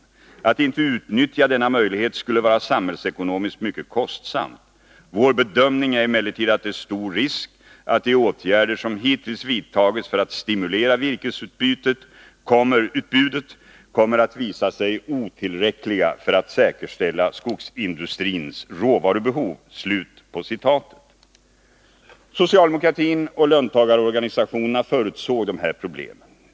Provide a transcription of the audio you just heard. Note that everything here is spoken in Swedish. Att inte utnyttja denna möjlighet skulle vara samhällsekonomiskt mycket kostsamt. Vår bedömning är emellertid att det är stor risk att de åtgärder som hittills vidtagits för att stimulera virkesutbudet kommer att visa sig otillräckliga för att säkerställa skogsindustrins råvarubehov.” Socialdemokratin och löntagarorganisationerna förutsåg de här problemen.